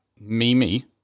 Mimi